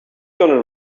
gonna